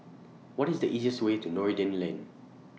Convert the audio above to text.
What IS The easiest Way to Noordin Lane